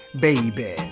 baby